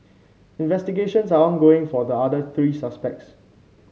investigations are ongoing for the other three suspects